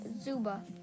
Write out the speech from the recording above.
Zuba